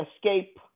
escape